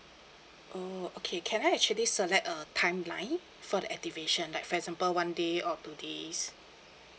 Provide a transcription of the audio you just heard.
oh okay can I actually select a timeline for the activation like for example one day or two days